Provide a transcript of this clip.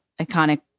iconic